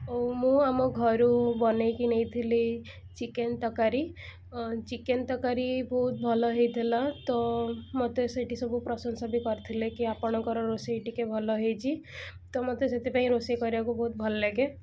ଓ ମୁଁ ଆମ ଘରୁ ବନାଇକି ନେଇଥିଲି ଚିକେନ୍ ତରକାରୀ ଚିକେନ୍ ତରକାରୀ ବହୁତ ଭଲ ହେଇଥିଲା ତ ମୋତେ ସେଇଠି ସବୁ ପ୍ରଶଂସା ବି କରିଥିଲେ କି ଆପଣଙ୍କର ରୋଷେଇ ଟିକେ ଭଲ ହେଇଛି ତ ମୋତେ ସେଥିପାଇଁ ରୋଷେଇ କରିବାକୁ ବହୁତ ଭଲ ଲାଗେ